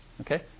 okay